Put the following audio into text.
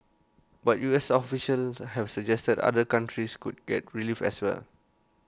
but U S officials have suggested other countries could get relief as well